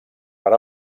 per